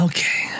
Okay